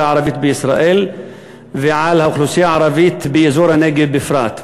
הערבית בישראל ועל האוכלוסייה הערבית באזור הנגב בפרט.